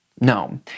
No